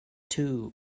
two